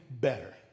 better